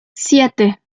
siete